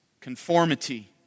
conformity